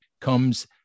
comes